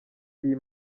y’iyi